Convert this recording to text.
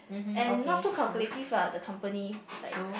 and not too calculative lah the company like